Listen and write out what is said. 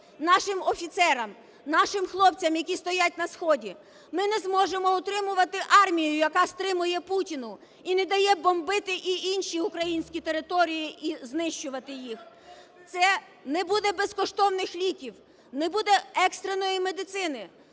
нашим офіцерам, нашим хлопцям, які стоять на сході, ми не зможемо утримувати армію, яка стримує Путіна і не дає бомбити, і інші українські території, і знищувати їх, не буде безкоштовних ліків, не буде екстреної медицини,